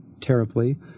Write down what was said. terribly